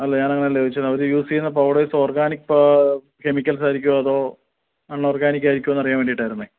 അല്ല ഞാൻ അങ്ങനെയല്ല ചോദിച്ചത് അവർ യൂസ് ചെയ്യുന്ന പൗഡേഴ്സ് ഓർഗാനിക് കെമിക്കൽസ് ആയിരിക്കുമോ അതോ അണ്ണോർഗാനിക് ആയിരിക്കുമോ എന്ന് അറിയാൻ വേണ്ടിയിട്ട് ആയിരുന്നു